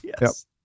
yes